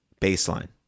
baseline